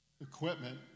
equipment